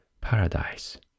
paradise